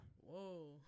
Whoa